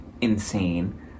insane